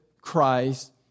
Christ